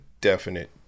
definite